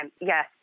yes